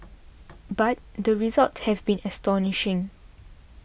but the results have been astonishing